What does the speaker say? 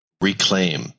reclaim